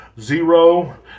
zero